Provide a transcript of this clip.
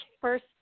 first